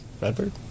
Redbird